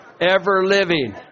ever-living